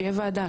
שתהיה ועדה.